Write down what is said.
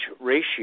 ratio